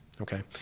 Okay